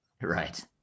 right